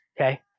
okay